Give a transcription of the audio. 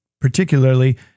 particularly